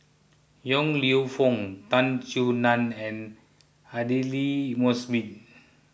Yong Lew Foong Tan Soo Nan and Aidli Mosbit